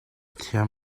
thiam